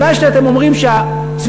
אולי אתם אומרים שהצמיחה,